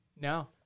No